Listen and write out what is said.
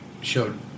showed